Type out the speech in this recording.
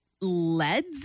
LEDs